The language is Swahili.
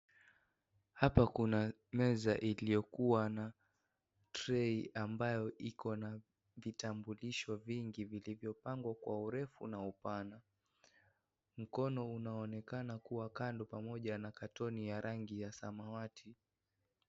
"Hapa kuna meza iliyokuwa na trei ambayo iko na vitambulisho vingi vilivyopangwa kwa urefu na upana. Mkono unaonekana kuwa kando pamoja na katoni ya rangi ya samawati."